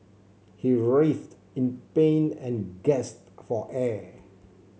he writhed in pain and gasped for air